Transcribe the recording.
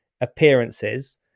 appearances